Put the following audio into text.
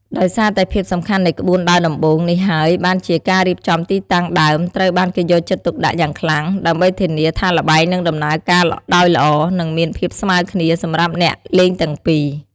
ដោយសារតែភាពសំខាន់នៃក្បួនដើរដំបូង នេះហើយបានជាការរៀបចំទីតាំងដើមត្រូវបានគេយកចិត្តទុកដាក់យ៉ាងខ្លាំង ដើម្បីធានាថាល្បែងនឹងដំណើរការដោយល្អ និងមានភាពស្មើរគ្នា សម្រាប់អ្នកលេងទាំងពីរ។